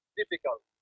difficult